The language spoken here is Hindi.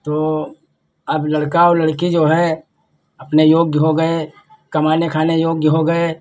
तो अब लड़का और लड़की जो है अपने योग्य हो गए कमाने खाने योग्य हो गए